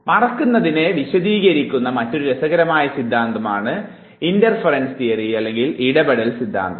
മറക്കുന്നതിനെ വിശദീകരിക്കുന്ന മറ്റൊരു രസകരമായ സിദ്ധാന്തമാണ് ഇടപെടൽ സിദ്ധാന്തം